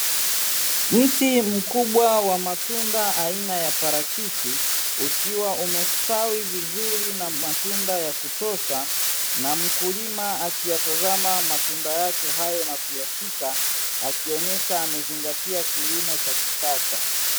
Mti mkubwa wa matunda aina ya parachichi ukiwa umestawi vizuri, na matunda ya kutosha na mkulima akiyatazama matunda yake hayo na kuyashika akionyesha amezingatia kilimo cha kisasa.